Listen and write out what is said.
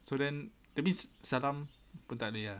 so then that means salam pun tak boleh ah